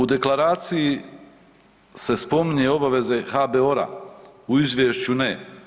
U Deklaraciji se spominje obaveze HBOR-a, u Izvješću ne.